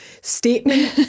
statement